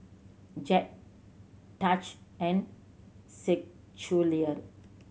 Jett Taj and Schuyler